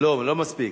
לא, לא מספיק.